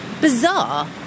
bizarre